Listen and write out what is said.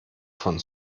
von